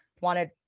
wanted